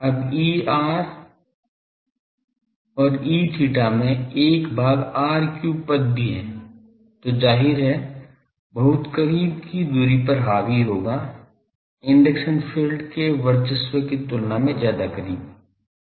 अब Er and Eθ में 1 भाग r cube पद भी है जो जाहिर है बहुत करीब की दूरी पर हावी होगा इंडक्शन फील्ड के वर्चस्व की तुलना में ज्यादा करीब